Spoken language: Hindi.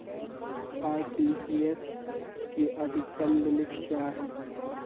आर.टी.जी.एस की अधिकतम लिमिट क्या है?